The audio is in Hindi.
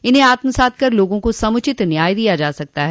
इन्हें आत्मसात कर लोगों को समुचित न्याय दिया जा सकता है